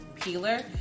peeler